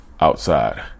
outside